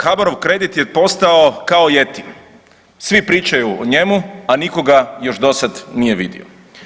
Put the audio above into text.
HBOR-ov kredit je postao kao jeti, svi pričaju o njemu, a nitko ga još dosad nije vidio.